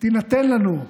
תינתן לנו,